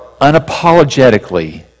unapologetically